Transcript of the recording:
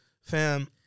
Fam